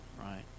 right